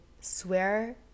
swear